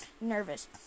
nervous